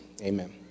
amen